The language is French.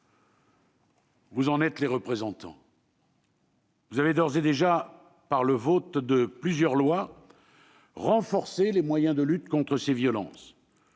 Vous en êtes les représentants et vous avez d'ores et déjà, par le vote de plusieurs lois, renforcé les moyens de lutte contre ces violences.